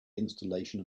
installation